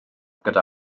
gyda